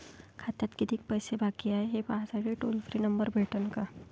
खात्यात कितीकं पैसे बाकी हाय, हे पाहासाठी टोल फ्री नंबर भेटन का?